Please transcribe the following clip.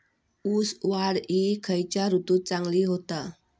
ऊस वाढ ही खयच्या ऋतूत चांगली होता?